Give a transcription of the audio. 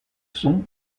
sont